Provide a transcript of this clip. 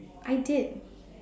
I did